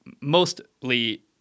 mostly